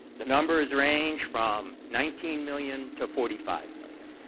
the numbers range from nineteen million to forty five million.